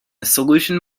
solution